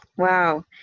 Wow